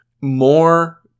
more